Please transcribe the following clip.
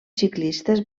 ciclistes